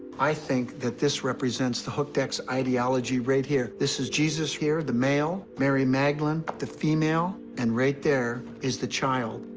i think that this represents the hooked x ideology right here. this is jesus here, the male mary magdalene, the female and right there is the child.